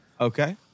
Okay